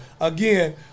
again